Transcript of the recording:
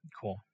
Cool